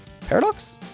Paradox